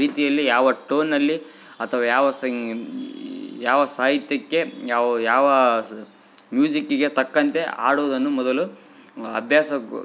ರೀತಿಯಲ್ಲಿ ಯಾವ ಟೋನಲ್ಲಿ ಅಥ್ವಾ ಯಾವ ಸ ಯಾವ ಸಾಹಿತ್ಯಕ್ಕೆ ಯಾವ ಯಾವ ಸ ಮ್ಯೂಸಿಕಿಗೆ ತಕ್ಕಂತೆ ಹಾಡುದನ್ನು ಮೊದಲು ಅಭ್ಯಾಸ ಗ್